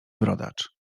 brodacz